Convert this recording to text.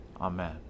Amen